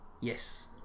Yes